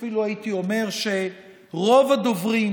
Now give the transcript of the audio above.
אפילו הייתי אומר שרוב הדוברים